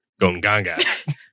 Gongaga